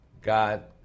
God